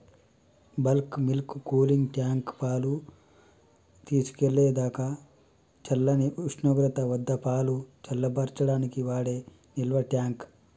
bulk milk cooling tank, పాలు తీసుకెళ్ళేదాకా చల్లని ఉష్ణోగ్రత వద్దపాలు చల్లబర్చడానికి వాడే నిల్వట్యాంక్